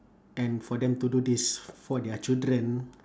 and for them to do this f~ for their children